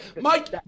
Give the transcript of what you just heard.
Mike